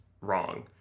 wrong